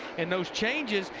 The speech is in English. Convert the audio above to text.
and those changes.